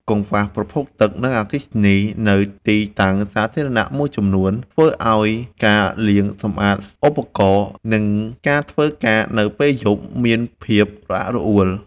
កង្វះប្រភពទឹក និងអគ្គិសនីនៅទីតាំងសាធារណៈមួយចំនួន ធ្វើឱ្យការលាងសម្អាតឧបករណ៍ និងការធ្វើការនៅពេលយប់មានភាពរអាក់រអួល។